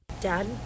Dad